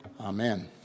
Amen